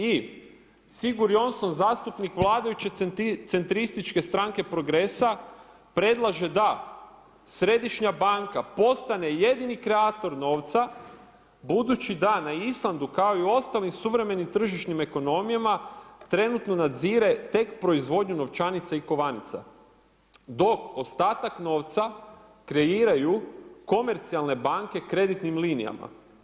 I Sigurjonsson, zastupnik vladajuće centrističke stranke progresa, predlaže da Središnja banka postane jedini kreator novca, budući da na Islandu kao i u ostalim suvremenim tržišnim ekonomijama trenutno nadzire tek proizvodnju novčanica i kovanica dok ostatak novca kreiraju komercijalne banke kreditnim linijama.